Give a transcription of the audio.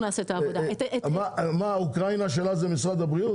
אז מה האוקראינה שלה זה משרד הבריאות?